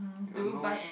I got no